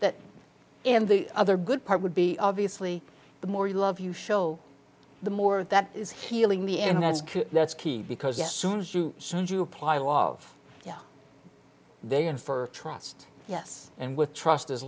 that and the other good part would be obviously the more you love you show the more that is healing me and that's that's key because yes soon as you send you apply a lot of yeah they and for trust yes and with trust